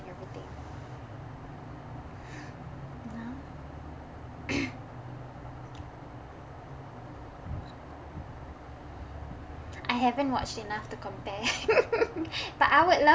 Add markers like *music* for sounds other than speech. everything *noise* no *coughs* I haven't watched enough to compare *laughs* but I would love